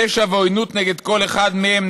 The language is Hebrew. פשע ועוינות נגד כל אחד מהם,